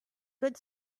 good